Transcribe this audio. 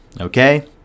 Okay